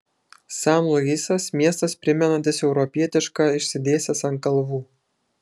san luisas miestas primenantis europietišką išsidėstęs ant kalvų